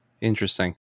Interesting